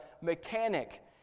mechanic